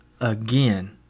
again